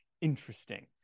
interesting